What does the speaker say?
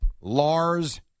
Lars